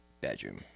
bedroom